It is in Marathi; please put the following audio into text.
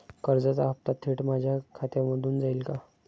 कर्जाचा हप्ता थेट माझ्या खात्यामधून जाईल का?